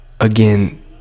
again